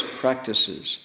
practices